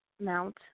mount